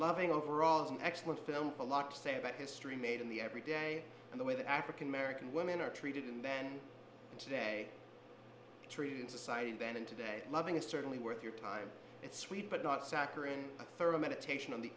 loving overall is an excellent film a lot to say about history made in the every day and the way that african american women are treated and then today treated in society then and today loving is certainly worth your time it's sweet but not saccharin a thorough meditation of the